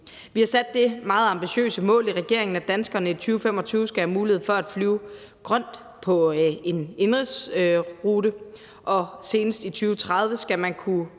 Vi har sat det meget ambitiøse mål i regeringen, at danskerne i 2025 skal have mulighed for at flyve grønt på en indenrigsrute, og senest i 2030 skal man kunne